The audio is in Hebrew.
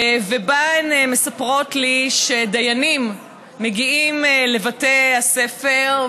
ובהן הן מספרות לי שדיינים מגיעים לבתי הספר,